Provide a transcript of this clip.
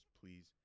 please